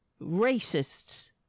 racists